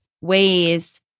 ways